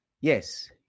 Yes